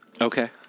Okay